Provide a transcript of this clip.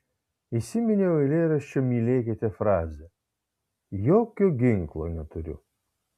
įsiminiau eilėraščio mylėkite frazę jokio ginklo neturiu